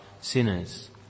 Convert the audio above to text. sinners